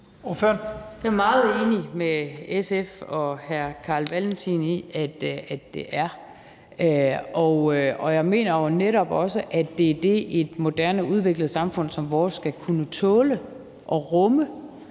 er jeg meget enig med SF og hr. Carl Valentin i at det er, og jeg mener netop også, at det er det, som et moderne, udviklet samfund som vores skal kunne tåle at rumme,